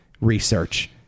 research